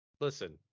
Listen